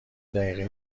دقیقه